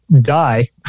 die